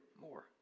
more